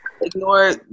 ignore